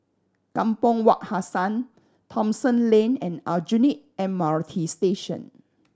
Kampong Wak Hassan Thomson Lane and Aljunied M R T Station